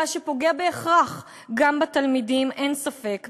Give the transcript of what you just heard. מה שפוגע בהכרח גם בתלמידים, אין ספק.